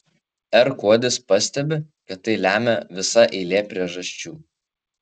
r kuodis pastebi kad tai lemia visa eilė priežasčių